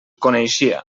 coneixia